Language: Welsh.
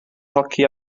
hoci